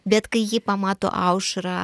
bet kai ji pamato aušrą